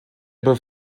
ebbe